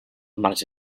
marge